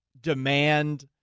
demand